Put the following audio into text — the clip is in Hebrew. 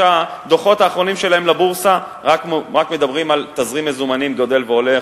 שהדוחות האחרונים שלהן לבורסה רק מדברים על תזרים מזומנים גדל והולך,